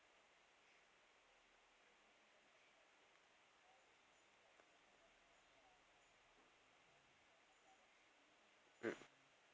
mm